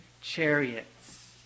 chariots